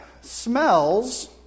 smells